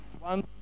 one